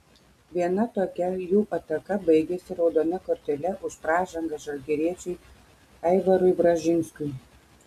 viena tokia jų ataka baigėsi raudona kortele už pražangą žalgiriečiui aivarui bražinskui